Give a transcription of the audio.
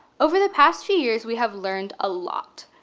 over the past few years we have learned a lot.